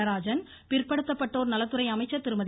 நடராஜன் பிற்படுத்தப்பட்டோர் நலத்துறை அமைச்சர் திருமதி